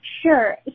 Sure